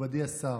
מכובדי השר,